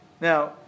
Now